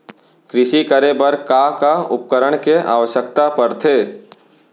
कृषि करे बर का का उपकरण के आवश्यकता परथे?